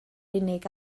unig